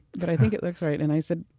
but i think it looks right. and i said,